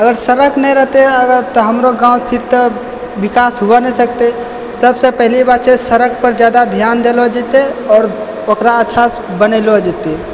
अगर सड़क नहि रहतै तऽ हमरो गाॅंव फिर तऽ बिकास हुए न सकतै सभसँ पहिली बात छै सड़क पर जायदा ध्यान देलौ जेतै आओर ओकरा अच्छासँ बनैलो जेतै